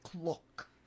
look